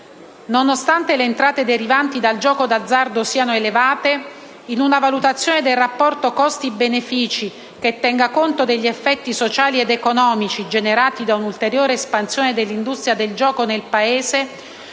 Nonostante le entrate derivanti dal gioco d'azzardo siano elevate, in una valutazione del rapporto costi-benefici che tenga conto degli effetti sociali ed economici generati da un'ulteriore espansione dell'industria del gioco nel Paese,